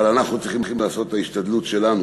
אבל אנחנו צריכים לעשות את ההשתדלות שלנו,